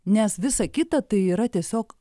nes visa kita tai yra tiesiog